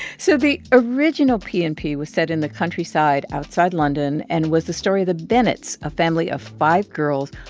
so the original p and p was set in the countryside outside london and was the story of the bennets, a family of five girls,